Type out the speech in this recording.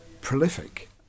prolific